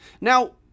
Now